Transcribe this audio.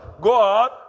God